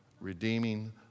Redeeming